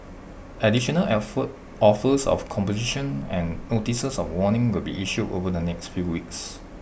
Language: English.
additional offer offers of composition and notices of warning will be issued over the next few weeks